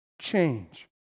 change